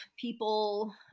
people